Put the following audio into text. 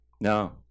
No